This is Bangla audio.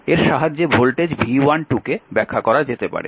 এর সাহায্যে ভোল্টেজ V12 কে ব্যাখ্যা করা যেতে পারে